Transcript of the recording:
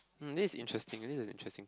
um this is interesting this is interesting